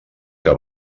que